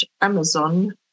Amazon